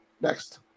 Next